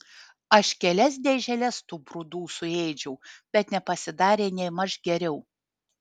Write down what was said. aš kelias dėželes tų brudų suėdžiau bet nepasidarė nėmaž geriau